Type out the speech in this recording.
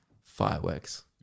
Fireworks